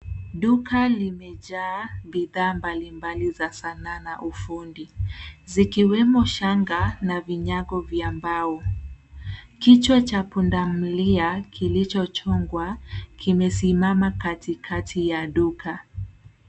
Duka limejaa bidhaa mbalimbali za sanaa na ufundi, zikiwemo shanga na vinyago vya mbao. Kichwa cha punda milia kilichochongwa kimesimama katikati ya duka.